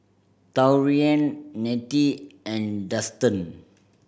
Taurean Nettie and Dustan